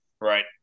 Right